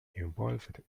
involved